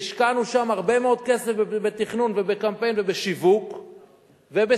והשקענו שם הרבה מאוד כסף בתכנון ובקמפיין ובשיווק ובסבסוד,